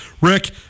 Rick